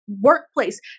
workplace